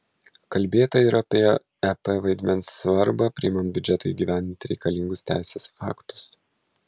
kalbėta ir apie ep vaidmens svarbą priimant biudžetui įgyvendinti reikalingus teisės aktus